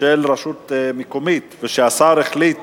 של רשות מקומית ושהשר החליט